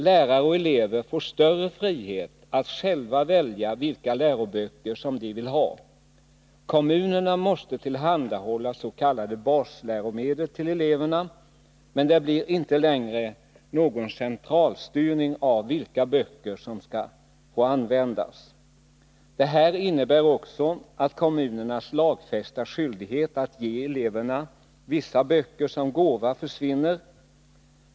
Lärarna och eleverna får större frihet att själva välja vilka läroböcker de vill ha. Kommunerna måste tillhandahålla s.k. basläromedel till eleverna, men det blir inte längre någon centralstyrning av vilka böcker som skall få användas. Det här innebär också att kommunernas lagfästa skyldighet att ge eleverna vissa böcker som gåva försvinner.